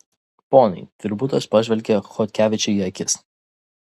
ponai tvirbutas pažvelgia chodkevičiui į akis